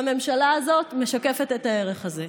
והממשלה הזאת משקפת את הערך הזה.